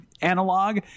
analog